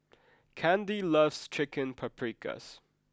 Kandy loves Chicken Paprikas